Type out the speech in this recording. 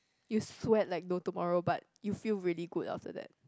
you sweat like no tomorrow but you feel really good after that